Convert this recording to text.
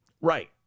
Right